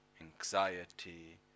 anxiety